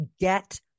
Get